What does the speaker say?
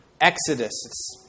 exodus